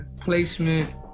placement